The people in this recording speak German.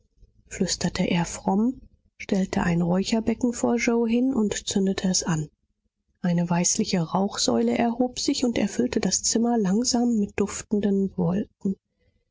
flüsterte er fromm stellte ein räucherbecken vor yoe hin und zündete es an eine weißliche rauchsäule erhob sich und erfüllte das zimmer langsam mit duftenden wolken